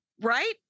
Right